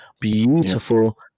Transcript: beautiful